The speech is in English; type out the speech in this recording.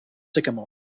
sycamore